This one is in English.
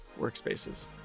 workspaces